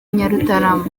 nyarutarama